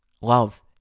love